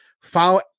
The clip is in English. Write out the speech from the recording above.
follow